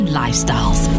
lifestyles